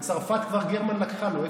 את צרפת גרמן כבר לקחה לו.